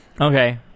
Okay